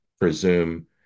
presume